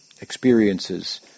experiences